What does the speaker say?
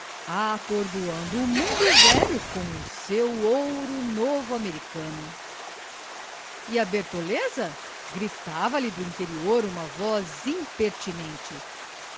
atordoando o mundo velho com o seu ouro novo americano e a bertoleza gritava lhe do interior uma voz impertinente